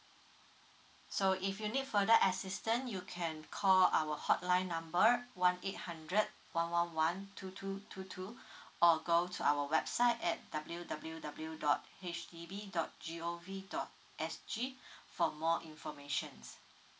so if you need further assistant you can call our hotline number one eight hundred one one one two two two two or go to our website at w w w dot H D B dot g o v dot s g for more informations